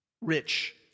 rich